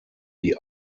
die